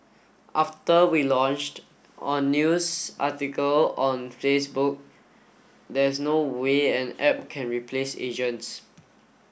after we launched on news article on Facebook there's no way an app can replace agents